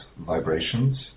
Vibrations